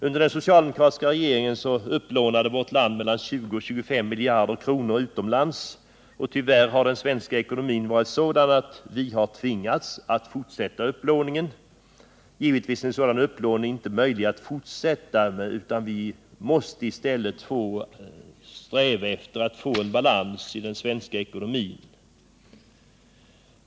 Under den socialdemokratiska regeringen upplånade vårt land mellan 20 och 25 miljarder kronor utomlands, och tyvärr har den svenska ekonomin varit sådan att vi har tvingats fortsätta upplåningen. Givetvis är en sådan upplåning inte möjlig att fortsätta med, utan vi måste i stället sträva efter att få balans i den svenska ekonomin.